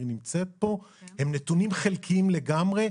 נמצאת פה הם נתונים חלקיים לגמרי,